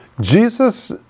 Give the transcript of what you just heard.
Jesus